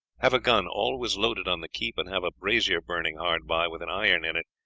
have a gun always loaded on the keep, and have a brazier burning hard by, with an iron in it,